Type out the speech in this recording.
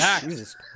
Jesus